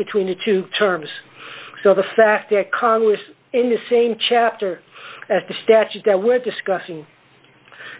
between the two terms so the fact that congress in the same chapter as the statute that we're discussing